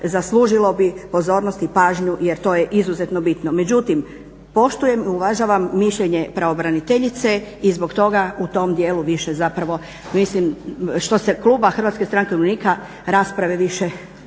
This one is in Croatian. zaslužilo bi pozornost i pažnju jer to je izuzetno bitno. Međutim, poštujem i uvažavam mišljenje pravobraniteljice i zbog toga u tom dijelu više zapravo mislim što se kluba Hrvatske stranke umirovljenika rasprave više